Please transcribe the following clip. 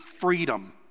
freedom